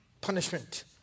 punishment